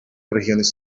regiones